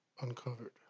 uncovered